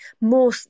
more